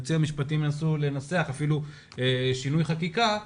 היועצים המשפטיים ינסו לנסח אפילו שינוי חקיקה,